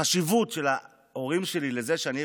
החשיבות של ההורים שלי לזה שאני אהיה